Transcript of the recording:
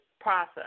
process